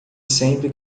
sempre